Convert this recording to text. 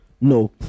No